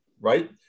right